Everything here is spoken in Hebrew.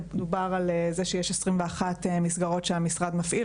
דובר על זה שיש 21 מסגרות שהמשרד מפעיל,